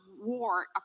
war